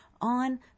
on